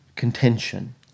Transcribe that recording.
Contention